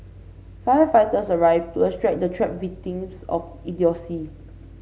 firefighters arrived to extract the trapped victims of idiocy